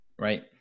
Right